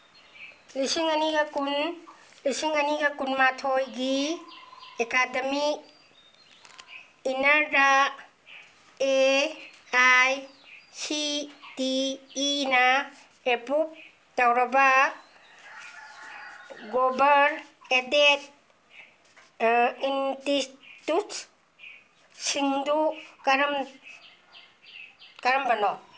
ꯂꯤꯁꯤꯡ ꯑꯅꯤꯒ ꯀꯨꯟ ꯂꯤꯁꯤꯡ ꯑꯅꯤꯒ ꯀꯨꯟꯃꯥꯊꯣꯏꯒꯤ ꯑꯦꯀꯥꯗꯃꯤꯛ ꯏꯅꯔꯗ ꯑꯦ ꯑꯥꯏ ꯁꯤ ꯇꯤ ꯏꯅ ꯑꯦꯄ꯭ꯔꯨꯞ ꯇꯧꯔꯕ ꯒꯣꯕꯔ ꯑꯦꯗꯦꯠ ꯏꯟꯁꯇꯤꯇꯨꯠꯁꯤꯡꯗꯨ ꯀꯔꯝ ꯀꯔꯝꯕꯅꯣ